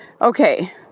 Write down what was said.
okay